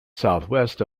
southwest